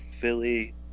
Philly